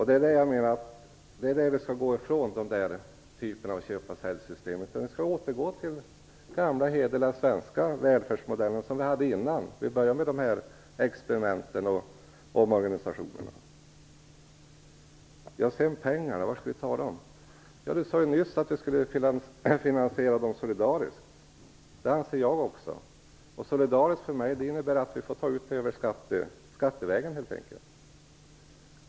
Det är den typen av köpa-säljsystem som jag menar att vi skall komma ifrån och i stället återgå till den gamla hederliga svenska välfärdmodellen som vi hade innan vi började med dessa experiment och omorganisationer. Sedan pengarna; varifrån skall vi ta dem? Liselotte Wågö sade ju nyss att de skulle finansieras solidariskt. Det anser jag också. Solidariskt innebär för mig att de skall tas ut skattevägen helt enkelt.